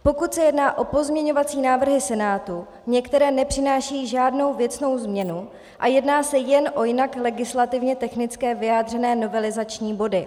Pokud se jedná o pozměňovací návrhy Senátu, některé nepřinášejí žádnou věcnou změnu a jedná se jen o jinak legislativně technicky vyjádřené novelizační body.